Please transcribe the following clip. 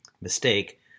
mistake